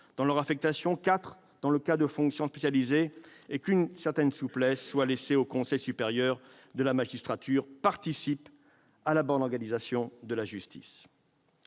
dans leur affectation, quatre dans le cas des fonctions spécialisées, et qu'une certaine souplesse soit laissée au Conseil supérieur de la magistrature participe à la bonne organisation de la justice.